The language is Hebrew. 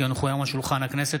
כי הונחו היום על שולחן הכנסת,